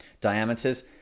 diameters